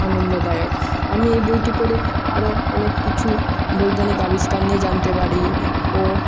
আনন্দদায়ক আমি এই বইটি পড়ে আরও অনেক কিছু বৈজ্ঞানিক আবিষ্কার নিয়ে জানতে পারি ও